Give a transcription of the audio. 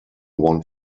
want